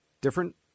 Different